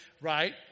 right